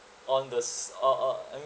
on the s~ on on I mean